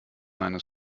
eines